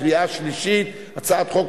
כמובן,